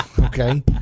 okay